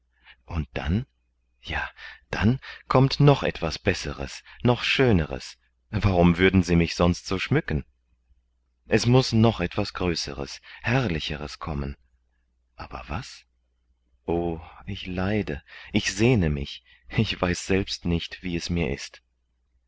und dann ja dann kommt noch etwas besseres noch schöneres warum würden sie mich sonst so schmücken es muß noch etwas größeres herrlicheres kommen aber was o ich leide ich sehne mich ich weiß selbst nicht wie es mir ist